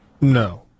no